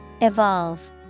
Evolve